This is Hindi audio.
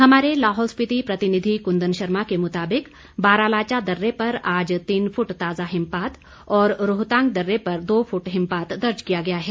हमारे लाहौल स्पिति प्रतिनिधि कुंदन शर्मा के मुताबिक बारालाचा दर्रे पर आज तीन फुट ताजा हिमपात और रोहतांग दर्रे पर दो फुट हिमपात दर्ज किया गया है